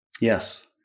Yes